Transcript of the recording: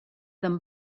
them